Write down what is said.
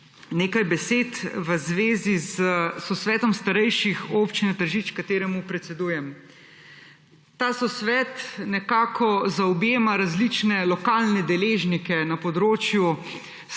nekaj besed v zvezi s Sosvetom starejših Občine Tržič, kateremu predsedujem. Ta sosvet nekako zaobjema različne lokalne deležnike na področju